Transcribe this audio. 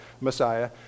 Messiah